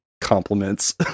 compliments